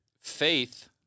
Faith